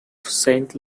saint